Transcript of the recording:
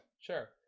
sure